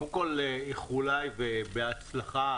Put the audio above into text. קודם כל איחוליי, בהצלחה.